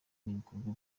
n’ibikorwa